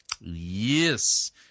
Yes